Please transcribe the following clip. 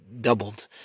doubled